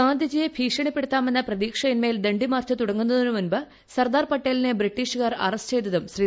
ഗാന്ധിജിയെ ഭീഷണിപ്പെടുത്താമെന്ന പ്രതീക്ഷയിൻമേൽ ദണ്ഡി മാർച്ച് തുടങ്ങുന്നതിന് മുമ്പ് സർദാർ പട്ടേലിനെ ബ്രിട്ടീഷുകാർ അറസ്റ്റ് ചെയ്തതും ശ്രീ